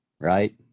right